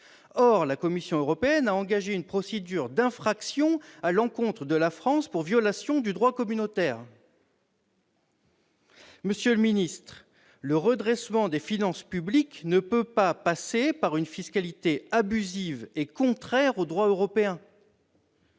La Commission européenne a engagé une procédure d'infraction à l'encontre de la France pour violation du droit communautaire. Monsieur le ministre, le redressement des finances publiques ne peut pas passer par une fiscalité abusive et contraire au droit européen.